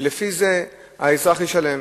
ולפי זה האזרח ישלם.